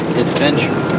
adventure